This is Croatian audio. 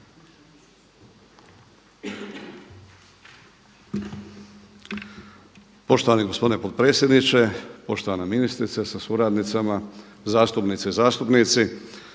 Poštovani gospodine potpredsjedniče, poštovana ministrice sa suradnicama, zastupnice i zastupnici.